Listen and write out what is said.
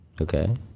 Okay